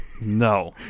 No